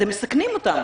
אתם מסכנים אותם.